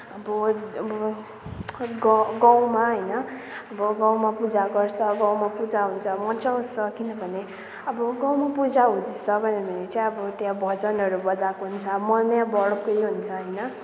अब अब खै ग गाउँमा होइन अब गाउँमा पूजा गर्छ गाउँमा पूजा हुन्छ मजा आउँछ किनभने अब गाउँमा पूजा हुँदैछ भन्यो भने चाहिँ अब त्यहाँ भजनहरू बजाएको हुन्छ मनै अब अर्कै हुन्छ होइन